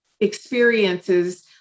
experiences